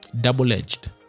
Double-edged